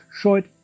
short